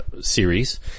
series